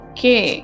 Okay